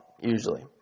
usually